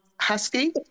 Husky